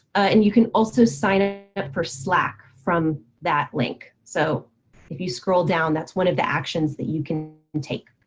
and you can also sign ah up for slack from that link. so if you scroll down, that's one of the actions that you can and take.